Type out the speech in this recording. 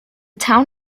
town